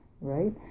right